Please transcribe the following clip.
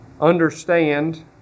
understand